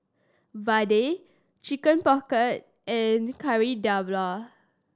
vadai Chicken Pocket and Kari Debal